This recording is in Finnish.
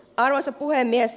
arvoisa puhemies